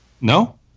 No